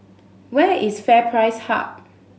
where is FairPrice Hub